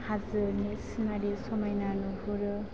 हाजोनि सिनारि समायना नुहुरो